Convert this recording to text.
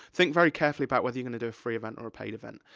think very carefully about whether you're gonna do a free event or a paid event.